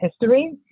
history